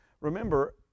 remember